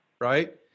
right